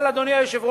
אבל, אדוני היושב-ראש,